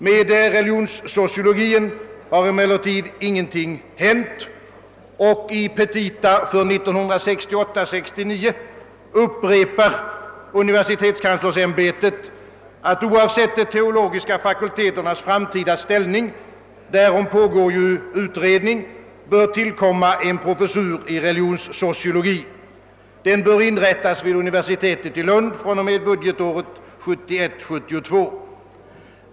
Med religionssociologin har emellertid ingenting "hänt. I sina petita för 1968 72.